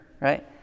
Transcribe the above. right